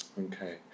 Okay